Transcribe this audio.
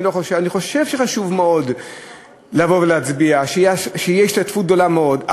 חושב שחשוב מאוד להצביע ושתהיה השתתפות גדולה מאוד,